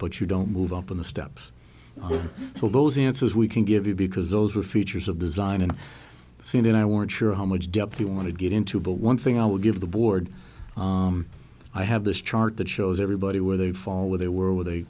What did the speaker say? but you don't move up in the steps so those answers we can give you because those were features of design and seen and i weren't sure how much depth you want to get into but one thing i would give the board i have this chart that shows everybody where they fall where they were w